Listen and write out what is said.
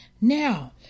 Now